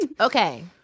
Okay